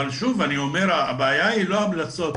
שוב, אני אומר שהבעיה היא לא המלצות.